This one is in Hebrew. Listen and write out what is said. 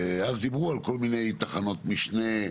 ואז דיברו על כל מיני תחנות משנה,